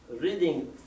Reading